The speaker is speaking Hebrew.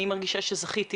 אני מרגישה שזכיתי